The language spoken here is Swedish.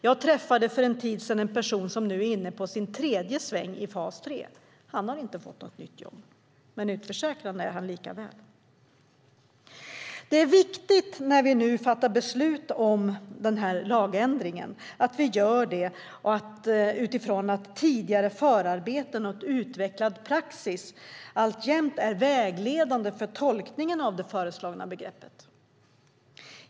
Jag träffade för en tid sedan en person som är inne på sin tredje sväng i fas 3. Han har inte fått något nytt jobb, men utförsäkrad är han likväl. När vi nu fattar beslut om denna lagändring är det viktigt att vi gör det utifrån att tidigare förarbeten och utvecklad praxis alltjämt är vägledande för tolkningen av det föreslagna begreppet.